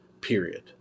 Period